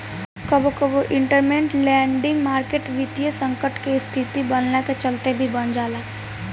कबो कबो इंटरमेंट लैंडिंग मार्केट वित्तीय संकट के स्थिति बनला के चलते भी बन जाला